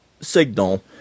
signal